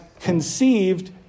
conceived